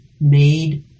made